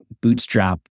bootstrap